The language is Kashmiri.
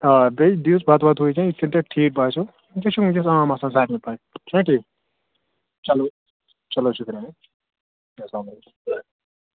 آ بیٚیہِ دِی وُس بَتہٕ وَتہٕ وٕنکیٚن یِتھ کٔنۍ تۄہہِ ٹھیٖک باسیٚو وٕنکیٚس چھُ وٕنکیٚس عام آسان سارنٕے پاے چھُ نہ ٹھیٖک چلو چلو شُکریہ ہہَ اسلام علیکُم